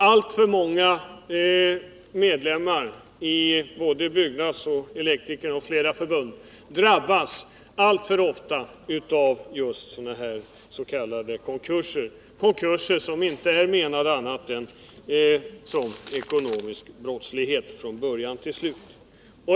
Alltför många medlemmar i Byggnadsarbetareförbundet, Elektrikerförbundet och andra förbund drabbas av sådana här konkurser, som inte är någonting annat än ekonomisk brottslighet från början till slut.